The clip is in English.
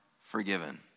forgiven